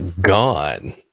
gone